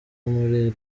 muri